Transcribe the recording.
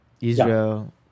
Israel-